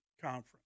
conference